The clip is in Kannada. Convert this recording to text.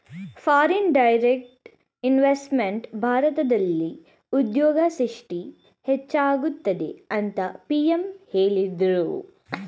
ಫಾರಿನ್ ಡೈರೆಕ್ಟ್ ಇನ್ವೆಸ್ತ್ಮೆಂಟ್ನಿಂದ ಭಾರತದಲ್ಲಿ ಉದ್ಯೋಗ ಸೃಷ್ಟಿ ಹೆಚ್ಚಾಗುತ್ತದೆ ಅಂತ ಪಿ.ಎಂ ಹೇಳಿದ್ರು